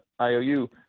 IOU